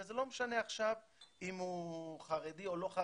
וזה לא משנה עכשיו אם הוא חרדי או לא חרדי.